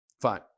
Fine